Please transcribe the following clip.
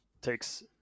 takes